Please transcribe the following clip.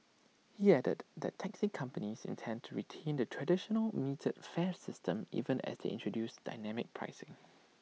he added that taxi companies intend to retain the traditional metered fare system even as they introduce dynamic pricing